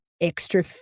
extra